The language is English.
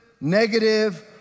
negative